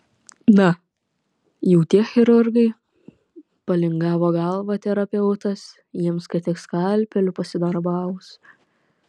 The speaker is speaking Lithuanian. na jau tie chirurgai palingavo galvą terapeutas jiems kad tik skalpeliu pasidarbavus